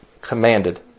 commanded